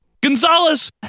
Gonzalez